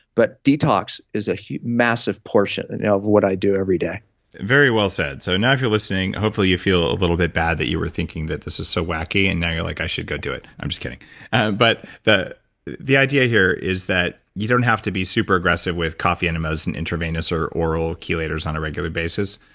but detox is ah a massive portion and you know of what i do every day very well said. so now, if you're listening, hopefully you'll feel a little bit bad that you were thinking that this is so wacky and now you're like, i should go do it. i'm just kidding and but the idea here is that you don't have to be super aggressive with coffee enemas and intravenous or oral chelators on a regular basis,